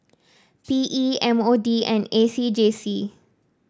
P E M O D and A C J C